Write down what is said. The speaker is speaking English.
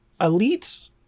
elites